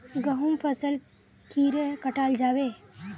गहुम फसल कीड़े कटाल जाबे?